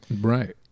Right